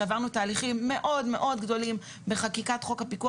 שעברנו תהליכים מאוד מאוד גדולים בחקיקת חוק הפיקוח